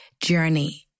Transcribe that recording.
journey